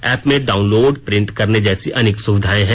app में download print करने जैसी अनेक सुविधाएं हैं